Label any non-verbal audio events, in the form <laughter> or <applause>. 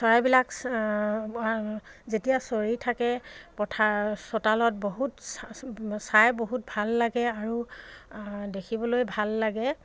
চৰাইবিলাক যেতিয়া চৰি থাকে পথাৰ চোতালত বহুত <unintelligible> চাই বহুত ভাল লাগে আৰু দেখিবলৈ ভাল লাগে